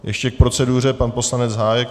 Ještě k proceduře pan poslanec Hájek.